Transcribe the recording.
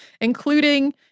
including